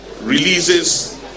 Releases